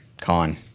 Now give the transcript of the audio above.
Con